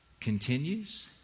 continues